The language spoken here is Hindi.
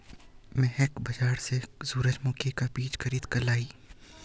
महक बाजार से सूरजमुखी का बीज खरीद कर लाई